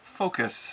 focus